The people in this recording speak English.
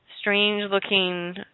strange-looking